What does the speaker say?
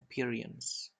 appearance